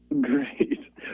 Great